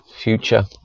future